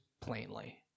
plainly